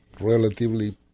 relatively